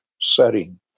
setting